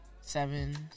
seven